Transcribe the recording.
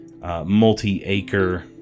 multi-acre